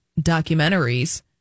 documentaries